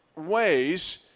ways